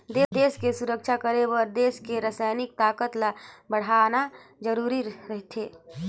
देस के सुरक्छा करे बर देस के सइनिक ताकत ल बड़हाना जरूरी रथें